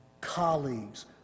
colleagues